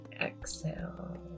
exhale